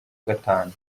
gatanu